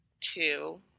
two